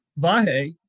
vahe